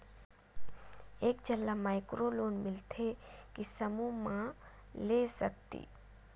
एक झन ला माइक्रो लोन मिलथे कि समूह मा ले सकती?